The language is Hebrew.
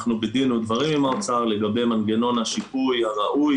אנחנו בדין ודברים עם האוצר לגבי מנגנון השיפוי הראוי